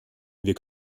wir